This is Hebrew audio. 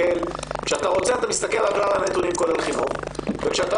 כשאתה רוצה אתה מסתכל על כלל הנתונים כולל חינוך וכשאתה